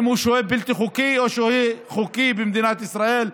אם הוא שוהה בלתי חוקי או שוהה חוקי במדינת ישראל.